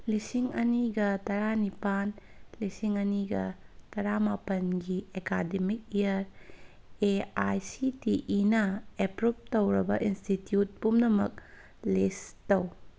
ꯂꯤꯁꯤꯡ ꯑꯅꯤꯒ ꯇꯔꯥꯅꯤꯄꯥꯟ ꯂꯤꯁꯤꯡ ꯑꯅꯤꯒ ꯇꯔꯥꯃꯥꯄꯟꯒꯤ academic year A I C T ꯏꯅ ꯑꯦꯄ꯭ꯔꯨꯞ ꯇꯧꯔꯕ ꯏꯟꯁꯇꯤꯇ꯭ꯌꯨꯠ ꯄꯨꯝꯅꯃꯛ ꯂꯤꯁ ꯇꯧ